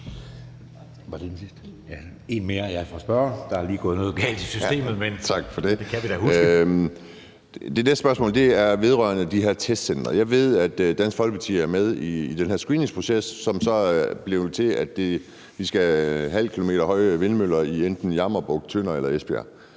Det næste spørgsmål er vedrørende de her testcentre. Jeg ved, at Dansk Folkeparti er med i den her screeningsproces, som så er blevet til, at vi skal have en halv kilometer høje vindmøller i enten Jammerbugt, Tønder eller Esbjerg.